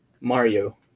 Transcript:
Mario